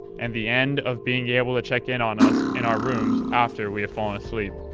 and the end of being able to check in on us in our rooms after we have fallen asleep.